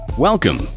Welcome